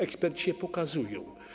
Eksperci to pokazują.